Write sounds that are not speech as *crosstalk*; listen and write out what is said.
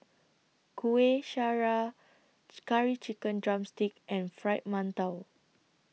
Kueh Syara *unintelligible* Curry Chicken Drumstick and Fried mantou